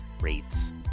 rates